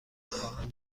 خواهم